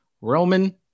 Roman